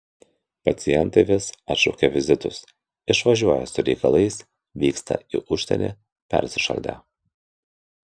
pacientai vis atšaukia vizitus išvažiuoją su reikalais vykstą į užsienį persišaldę